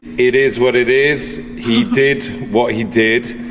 it is what it is. he did what he did.